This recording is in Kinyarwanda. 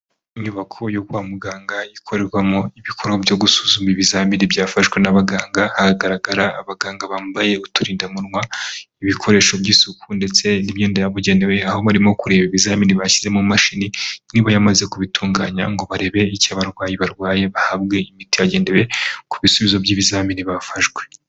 Inyubako yo kwa muganga ikorerwamo ibikorwa byo gusuzuma ibizamini byafashwe n'abaganga hagaragara abaganga bambaye uturindamunwa ibikoresho by'isuku ndetse n'imyenda yabugenewe aho barimo kureba ibizamini bashyize mu imashini niba yamaze kubitunganya ngo barebe icyo abarwayi barwaye bahabwe imiti hagendewe ku bisubizo by'ibizamini bafashwe.